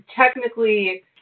technically